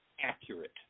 accurate